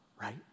right